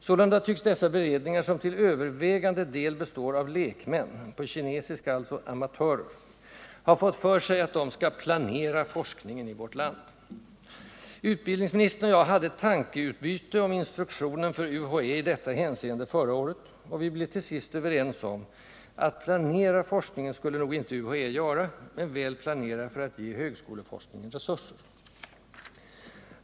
Sålunda tycks dessa beredningar, som till övervägande del består av lekmän — på kinesiska alltså: amatörer — ha fått för sig att de skall ”planera forskningen” i vårt land. Utbildningsministern och jag hade ett tankeutbyte om instruktionen för UHÄ i detta hänseende förra året, och vi blev till sist överens om att planera forskningen skulle nog inte UHÄ göra, men väl planera för att ge högskoleforskningen resurser.